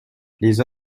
les